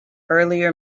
earlier